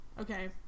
Okay